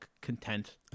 content